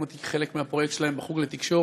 אותי כחלק מהפרויקט שלהם בחוג לתקשורת,